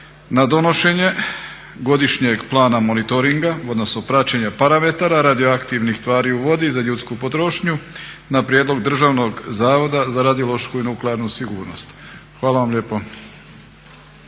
na donošenje godišnjeg plana monitoringa odnosno praćenja parametara radioaktivnih tvari u vodi za ljudsku potrošnju na prijedlog Državnog zavoda za radiološku i nuklearnu sigurnost. Hvala vam lijepo.